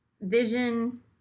Vision